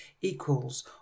equals